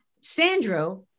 Sandro